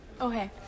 okay